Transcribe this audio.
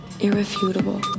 irrefutable